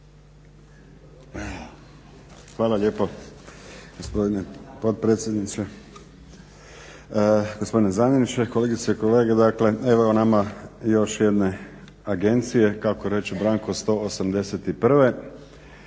Hvala lijepo gospodine potpredsjedniče, gospodine zamjeniče, kolegice i kolege. Dakle, evo nama još jedne agencije, kako reče Branko, 181.